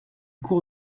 court